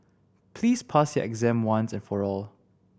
please pass your exam once and for all